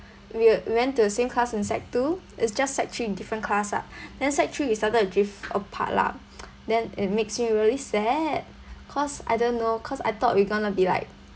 we we went to the same class in sec two it's just sec three different class ah then sec three we started to drift apart lah then it makes me really sad cause I don't know cause I thought we're going to be like